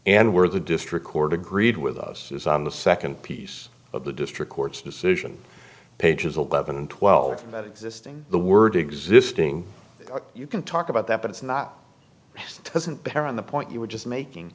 and where the district court agreed with us is on the second piece of the district court's decision pages eleven and twelve for that existing the word existing you can talk about that but it's not just doesn't bear on the point you were just making